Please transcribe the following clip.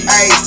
Hey